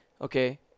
okay